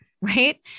right